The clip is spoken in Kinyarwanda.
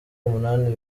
umunani